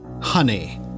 Honey